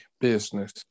business